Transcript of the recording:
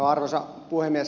arvoisa puhemies